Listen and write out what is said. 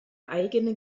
eigene